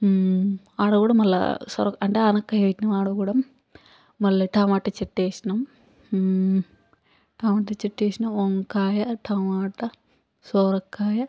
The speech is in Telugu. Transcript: ఆడ కూడా మళ్ళీ సోర్ అంటే ఆనపకాయ పెట్టినాం ఆడకూడా మళ్ళీ టమాట చెట్టు వేసినాం టమాటా చెట్టు వేసినాం వంకాయ టమాటా సొరకాయ